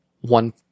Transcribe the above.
one